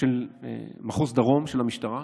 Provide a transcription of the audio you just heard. של מחוז דרום של המשטרה,